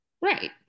Right